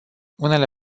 unele